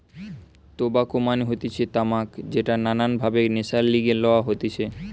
tobacco মানে হতিছে তামাক যেটা নানান ভাবে নেশার লিগে লওয়া হতিছে